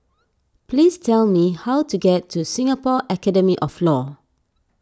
please tell me how to get to Singapore Academy of Law